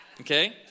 Okay